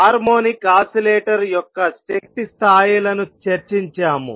harmonic oscillator యొక్క శక్తి స్థాయిలను చర్చించాము